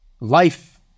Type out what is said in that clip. Life